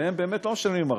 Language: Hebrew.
והן באמת לא משלמות ארנונה.